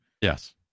Yes